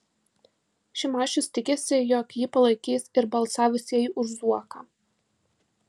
šimašius tikisi jog jį palaikys ir balsavusieji už zuoką